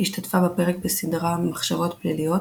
השתתפה בפרק בסדרה "מחשבות פליליות",